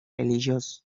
religiós